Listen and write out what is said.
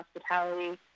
hospitality